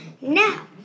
Now